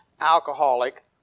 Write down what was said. alcoholic